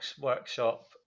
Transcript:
workshop